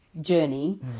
journey